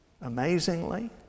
Amazingly